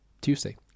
Tuesday